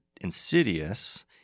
insidious